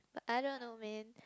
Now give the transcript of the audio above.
but I don't know man